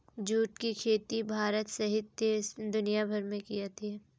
जुट की खेती भारत सहित दुनियाभर में की जाती है